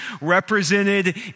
represented